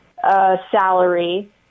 salary